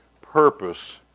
purpose